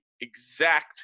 exact